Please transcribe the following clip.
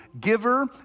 giver